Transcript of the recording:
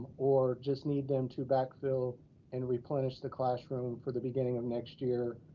or just need them to back so and replenish the classroom for the beginning of next year,